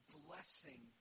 blessing